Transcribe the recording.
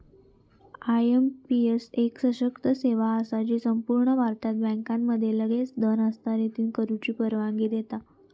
IMPS एक सशक्त सेवा असा जी संपूर्ण भारतात बँकांमध्ये लगेच धन हस्तांतरित करुची परवानगी देता